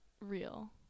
real